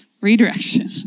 Redirection